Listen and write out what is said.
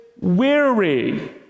Weary